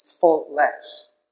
faultless